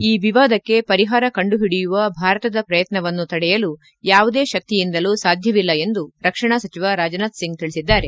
ಈ ವಿವಾದಕ್ಕೆ ಪರಿಹಾರ ಕಂಡುಹಿಡಿಯುವ ಭಾರತದ ಪ್ರಯತ್ನವನ್ನು ತಡೆಯಲು ಯಾವುದೇ ಶಕ್ತಿಯಿಂದಲೂ ಸಾಧ್ಯವಿಲ್ಲ ಎಂದು ರಕ್ಷಣಾ ಸಚಿವ ರಾಜನಾಥ್ ಸಿಂಗ್ ತಿಳಿಸಿದ್ದಾರೆ